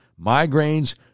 migraines